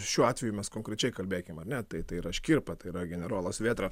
šiuo atveju mes konkrečiai kalbėkim ar ne tai tai yra škirpa tai yra generolas vėtra